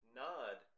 nod